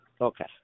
Okay